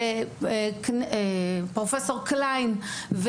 פרופסור קליין,